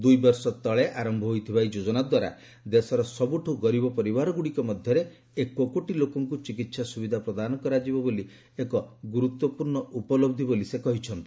ଦୁଇ ବର୍ଷ ତଳେ ଆରୟ ହୋଇଥିବା ଏହି ଯୋଜନା ଦ୍ୱାରା ଦେଶର ସବୁଠୁ ଗରିବ ପରିବାର ଗୁଡ଼ିକ ମଧ୍ୟରେ ଏକକୋଟି ଲୋକଙ୍କୁ ଚିକିତ୍ସା ସୁବିଧା ପ୍ରଦାନ କରାଯିବ ଏକ ଗୁରୁତ୍ୱପୂର୍ଣ୍ଣ ଉପଲହି ବୋଲି ସେ କହିଛନ୍ତି